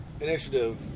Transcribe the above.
initiative